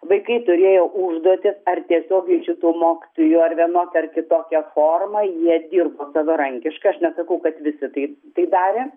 vaikai turėjo užduotis ar tiesiogiai šitų mokytojų ar vienokia ar kitokia forma jie dirbo savarankiškai aš nesakau kad visi taip tai darė